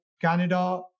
Canada